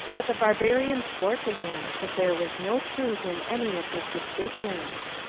but the barbarian swore to him that there was no truth in any of his suspicions,